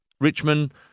Richmond